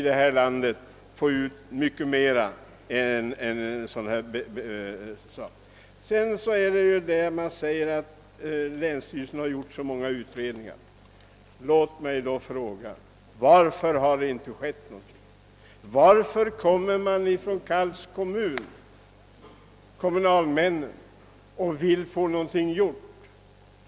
Det har framhållits att länsstyrelsen gjort så många utredningar. Låt mig då fråga: Varför har det inte skett någonting? Varför kommer kommunalmännen från Kalls kommun och vill ha någonting gjort?